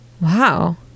Wow